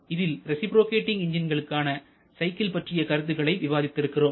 இதில் ரேசிப்ரோகேட்டிங் எஞ்ஜின்களுக்கான சைக்கிள் பற்றிய கருத்துக்களை விவாதித்திருக்கிறோம்